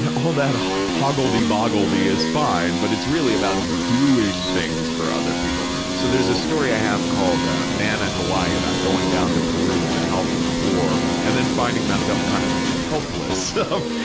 all that hoggledy-boggledy is fine, but it's really about doing things for other people. so, there's a story i have called man at hawaii, about going down to peru to help the poor, and then finding myself kind of helpless of,